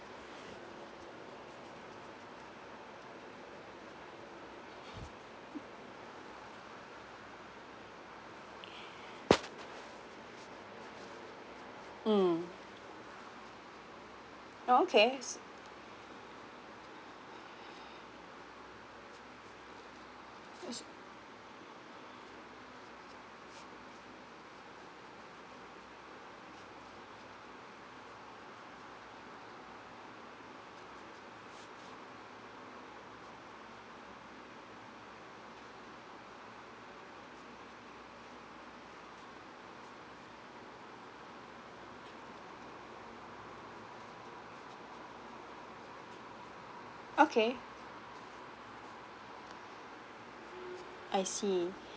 mm okay okay I see